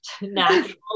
natural